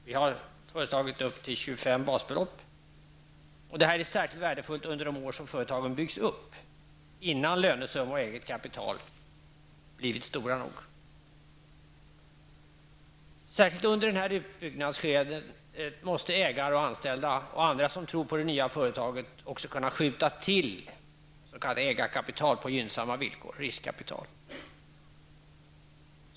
Vi har föreslagit upp till 25 basbelopp. Detta är särskilt värdefullt under de år som företagen byggs upp, innan lönesummor och eget kapital blivit stora nog. Särskilt under utbyggnadsskedet måste ägare, anställda och andra som tror på det nya företaget också kunna skjuta till s.k. ägarkapital, riskkapital, på gynnsamma villkor.